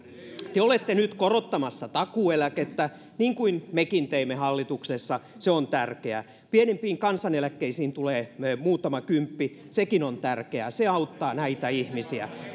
te te olette nyt korottamassa takuueläkettä niin kuin mekin teimme hallituksessa se on tärkeää pienimpiin kansaneläkkeisiin tulee muutama kymppi sekin on tärkeää se auttaa näitä ihmisiä